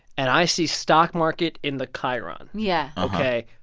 and i see stock market in the chyron. yeah. ok?